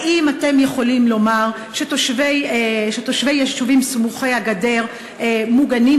האם אתם יכולים לומר שתושבי היישובים סמוכי-הגדר מוגנים?